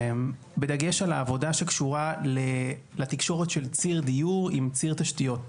בדגש על העבודה שקשורה לתקשורת של ציר דיור עם ציר תשתיות.